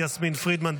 יסמין פרידמן,